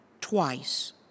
twice